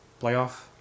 playoff